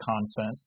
consent